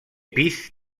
pis